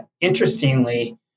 Interestingly